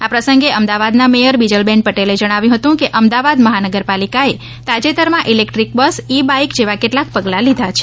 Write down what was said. આ પ્રસંગે અમદાવાદના મેથર બિજલબેન પટેલે જણાવ્યુ હતું કે અમદાવાદ મહાનગરપાલિકાએ તાજેતરમાં ઇલેકટ્રીક બસ ઇ બાઇક જેવા કેટલાક પગલા લીધા છે